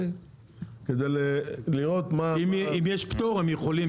אם יש פטור הם יכולים.